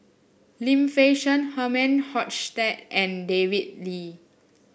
Lim Fei Shen Herman Hochstadt and David Lee